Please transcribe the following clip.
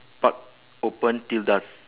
park open till dusk